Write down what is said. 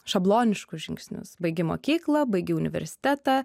šabloniškus žingsnius baigi mokyklą baigi universitetą